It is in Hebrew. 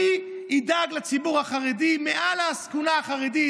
אני אדאג לציבור החרדי מעל העסקונה החרדית,